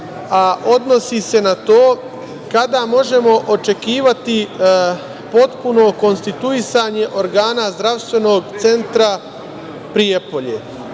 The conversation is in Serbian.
a odnosi se na to, kada možemo očekivati potpuno konstituisanje organa zdravstvenog centra Prijepolje? Hoću